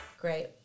Great